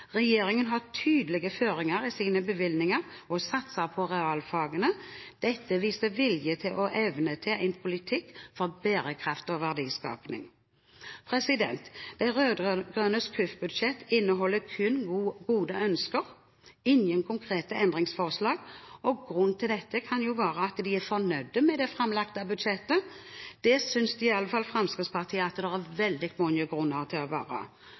Regjeringen har tydelige føringer i sine bevilgninger og satser på realfagene. Dette viser vilje og evne til en politikk for bærekraft og verdiskaping. De rød-grønnes KUF-budsjett inneholder kun gode ønsker – og ingen konkrete endringsforslag – og grunnen til dette kan være at de er fornøyd med det framlagte budsjettet. Det synes iallfall Fremskrittspartiet at det er veldig mange gode grunner til å være!